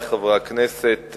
חברי חברי הכנסת,